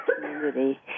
community